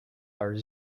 are